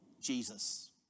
Jesus